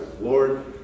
Lord